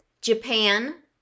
Japan